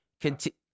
Continue